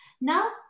Now